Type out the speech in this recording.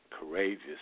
courageous